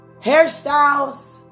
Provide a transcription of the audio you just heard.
hairstyles